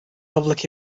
public